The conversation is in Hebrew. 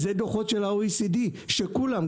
זה דו"חות של ה-OECD שכולם,